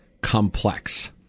complex